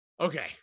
Okay